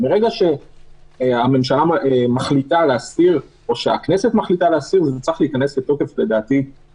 מרגע שהממשלה או הכנסת מחליטות להסיר זה צריך לדעתי להיכנס לתוקף מיד.